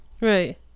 Right